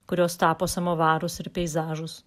kurios tapo samovarus ir peizažus